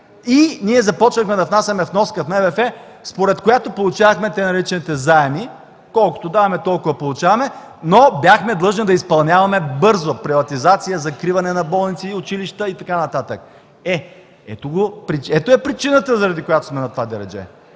и ние започнахме да внасяме вноска в Международния валутен фонд, според която получавахме така наречените „заеми” – колкото даваме, толкова получаваме, но бяхме длъжни да изпълняваме бързо приватизация, закриване на болници и училища и така нататък. Ето я причината, заради която сме на това дередже.